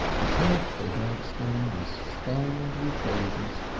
the turf they danced on was starred with daisies.